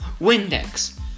windex